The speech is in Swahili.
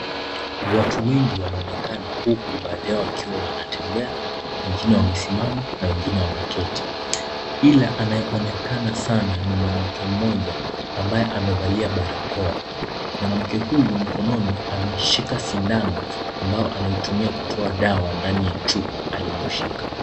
Watu wengi wanaonekana huku baadhi yao wakiwa wanatembea, wengine wamesimama na wengine wameketi. Ila anayeonekana sana ni mwanamke mmoja ambaye amevalia barakoa . Mwanamke huyu mkononi ameshika sindano ambayo anaitumia kutoa dawa ndani ya chupa alioshika.